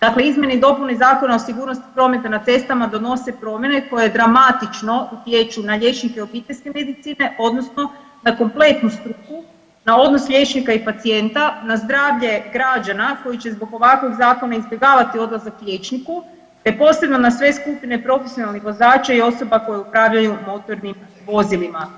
Dakle, izmjene i dopune Zakona o sigurnosti prometa na cestama donose promjene koje dramatično utječu na liječnike obiteljske medicine odnosno na kompletnu struku na odnos liječnika i pacijenta, na zdravlje građana koji će zbog ovakvog zakona izbjegavati odlazak liječniku te posebno na sve skupine profesionalnih vozača i osoba koje upravljaju motornim vozilima.